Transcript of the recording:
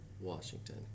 Washington